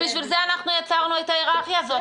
בשביל זה יצרנו את ההיררכיה הזאת.